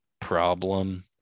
problem